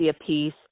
apiece